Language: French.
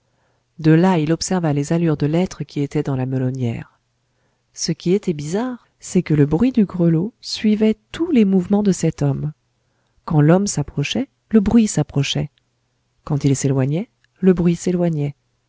de là il observa les allures de l'être qui était dans la melonnière ce qui était bizarre c'est que le bruit du grelot suivait tous les mouvements de cet homme quand l'homme s'approchait le bruit s'approchait quand il s'éloignait le bruit s'éloignait